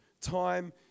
time